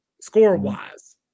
score-wise